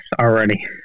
already